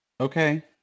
Okay